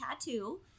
tattoo